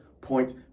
point